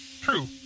True